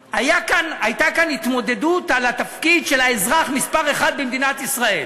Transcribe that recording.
הייתה כאן התמודדות על התפקיד של האזרח מספר אחת במדינת ישראל,